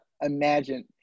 imagine